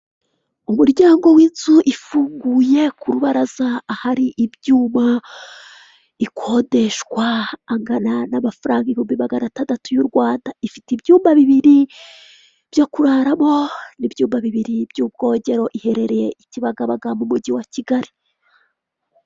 Inyubako ifite ibara ry'umweru ifite n'amadirishya y'umukara arimo utwuma, harimo amarido afite ibara ry'ubururu ndetse n'udutebe, ndetse hari n'akagare kicaramo abageze mu za bukuru ndetse n'abamugaye, harimo n'ifoto imanitsemo muri iyo nyubako.